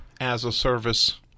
as-a-service